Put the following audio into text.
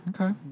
Okay